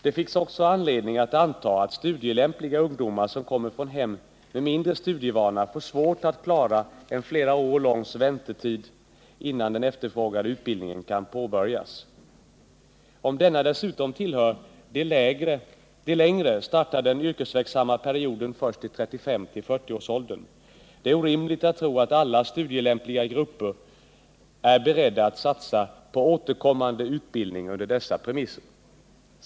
Det finns också anledning att anta att studielämpliga ungdomar som kommer från hem med mindre studievana får svårt att klara en flera år lång väntetid innan den efterfrågade utbildningen kan påbörjas. Om denna dessutom tillhör de längre startar den yrkesverksamma perioden först i 35-40-årsåldern. Det är orimligt att tro att alla studielämpliga grupper under dessa premisser är beredda att satsa på återkommande utbildning.